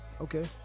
Okay